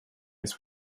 his